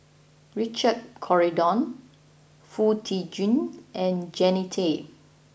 Richard Corridon Foo Tee Jun and Jannie Tay